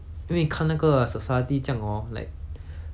因为看那个 society 这样 hor like